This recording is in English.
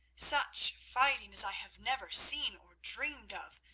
such fighting as i have never seen or dreamed of.